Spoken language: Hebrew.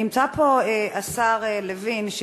נמצא פה השר לוין,